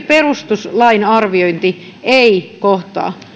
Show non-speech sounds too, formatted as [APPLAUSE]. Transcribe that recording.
[UNINTELLIGIBLE] perustuslain arviointi eivät kohtaa